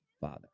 Father